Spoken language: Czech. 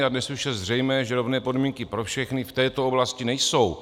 A dnes už je zřejmé, že rovné podmínky pro všechny v této oblasti nejsou.